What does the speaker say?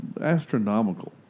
astronomical